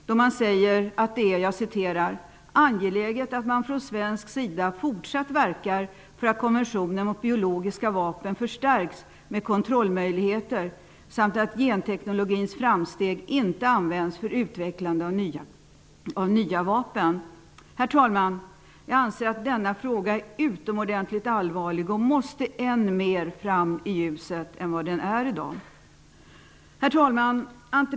Utskottet säger att det är ''angeläget att man från svensk sida fortsatt verkar för att konventionen mot biologiska vapen förstärks med kontrollmöjligheter samt att genteknologins framsteg inte används för utvecklande av nya biologiska vapen''. Herr talman! Jag anser att denna fråga är utomordentligt allvarlig. Den måste fram i ljuset ännu mer än i dag. Herr talman!